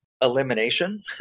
elimination